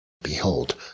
behold